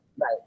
Right